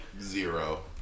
Zero